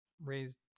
Raised